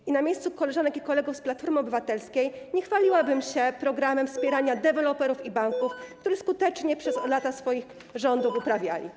I na miejscu koleżanek i kolegów z Platformy Obywatelskiej nie chwaliłabym się programem wspierania deweloperów i banków, co skutecznie przez lata swoich rządów uprawiali.